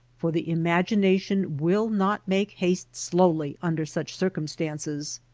for the im agination will not make haste slowly under such circumstances.